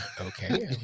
Okay